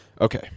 Okay